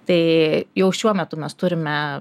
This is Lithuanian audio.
tai jau šiuo metu mes turime